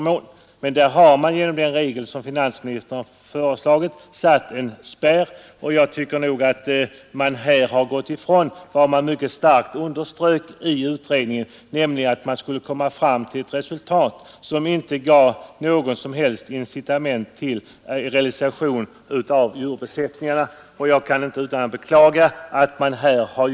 Men genom den regel som finansministern föreslagit har det satts en gräns, och jag anser att utskottsmajoriteten har gått ifrån vad som mycket starkt underströks i utredningen, nämligen att det gällde att få fram ett resultat som inte ger något som helst incitament till realisation av djurbesättningar. Jag kan inte annat än beklaga att utskottsmajoriteten här har.